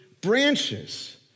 branches